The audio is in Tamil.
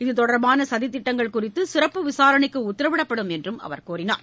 இது தொடர்பான சதித் திட்டங்கள் குறித்து சிறப்பு விசாரணைக்கு உத்தரவிடப்படும் என்றும் அவர் கூறினார்